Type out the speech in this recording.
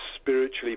spiritually